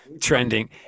trending